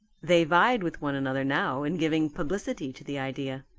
they vied with one another now in giving publicity to the idea.